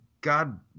God